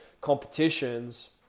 competitions